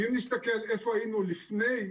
ואם נסתכל איפה היינו לפני,